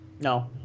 No